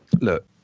look